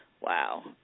Wow